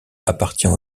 appartient